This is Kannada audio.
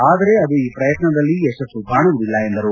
ಆದರೆ ಅದು ಈ ಪ್ರಯತ್ನದಲ್ಲಿ ಯಶಸ್ಸು ಕಾಣುವುದಿಲ್ಲ ಎಂದರು